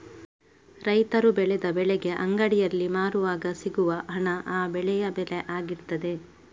ರೈತರು ಬೆಳೆದ ಬೆಳೆಗೆ ಅಂಗಡಿಯಲ್ಲಿ ಮಾರುವಾಗ ಸಿಗುವ ಹಣ ಆ ಬೆಳೆಯ ಬೆಲೆ ಆಗಿರ್ತದೆ